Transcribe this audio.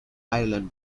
ireland